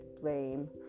blame